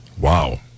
Wow